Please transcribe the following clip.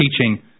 teaching